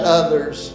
others